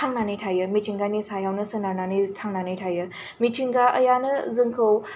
थांनानै थायो मिथिंगानि सायावनो सोनारनानै थांनानै थायो मिथिंगायानो जोंखौ